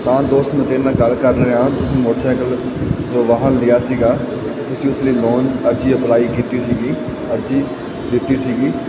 ਤਾਂ ਦੋਸਤ ਮੈਂ ਤੇਰੇ ਨਾਲ ਗੱਲ ਕਰ ਰਿਹਾ ਤੁਸੀਂ ਮੋਟਰਸਾਈਕਲ ਜੋ ਵਾਹਨ ਲਿਆ ਸੀਗਾ ਤੁਸੀਂ ਉਸ ਲਈ ਲੋਨ ਅਰਜੀ ਅਪਲਾਈ ਕੀਤੀ ਸੀਗੀ ਅਰਜੀ ਦਿੱਤੀ ਸੀਗੀ